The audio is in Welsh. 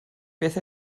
beth